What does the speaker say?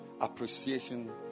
appreciation